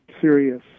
serious